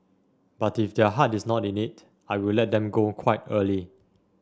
but if their heart is not in it I will let them go quite early